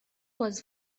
was